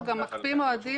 הוא גם מקפיא מועדים,